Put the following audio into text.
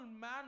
man